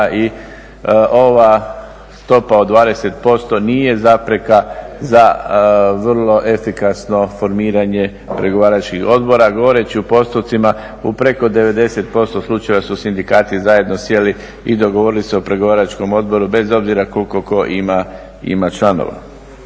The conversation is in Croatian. i ova stopa od 20% nije zapreka za vrlo efikasno formiranje pregovaračkih odbora. Govoreći u postocima, u preko 90% slučajeva su sindikati zajedno sjeli i dogovorili se o pregovaračkom odboru bez obzira koliko tko ima članova.